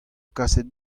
kaset